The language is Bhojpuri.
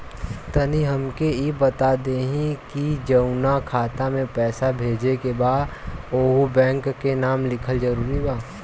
तनि हमके ई बता देही की जऊना खाता मे पैसा भेजे के बा ओहुँ बैंक के नाम लिखल जरूरी बा?